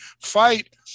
fight